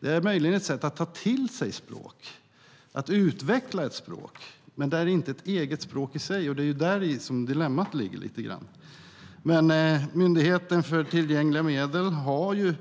Det är möjligen ett sätt att ta till sig språk, att utveckla ett språk, men det är inte ett eget språk i sig. Det är ju däri dilemmat ligger lite grann. Men Myndigheten för tillgängliga medier har ju